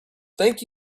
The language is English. thank